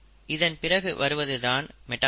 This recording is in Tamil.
இதன் பிறகு வருவது தான் மெட்டாஃபேஸ்